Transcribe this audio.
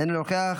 אינו נוכח,